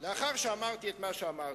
תמחק את מה שאמרתי.